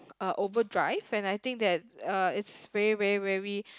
uh overdrive and I think that uh it's very very very